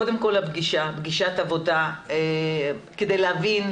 קודם כול פגישת עבודה כדי להבין,